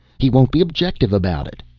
he won't be objective about it.